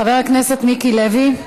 חבר הכנסת מיקי לוי,